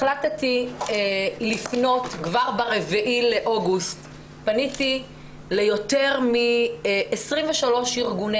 החלטתי לפנות כבר ב-4 באוגוסט ופניתי ליותר מ-23 ארגוני